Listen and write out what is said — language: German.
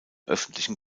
öffentlichen